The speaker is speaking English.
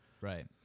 right